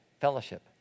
fellowship